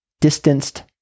distanced